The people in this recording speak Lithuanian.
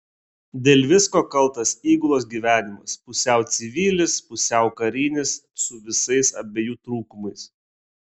dėl visko kaltas įgulos gyvenimas pusiau civilis pusiau karinis su visais abiejų trūkumais